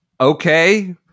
okay